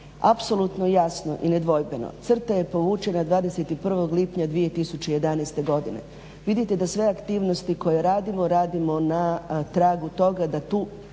Apsulutno je jasno i nedvojbeno crta je povučena 21. lipnja 2011. godine. Vidite da sve aktivnosti koje radimo, radimo na tragu toga da tu